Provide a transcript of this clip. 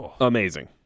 amazing